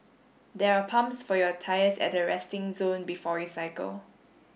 there are pumps for your tyres at the resting zone before you cycle